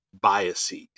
biases